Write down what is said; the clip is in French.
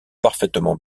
parfaitement